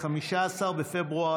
15 בפברואר